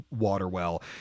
Waterwell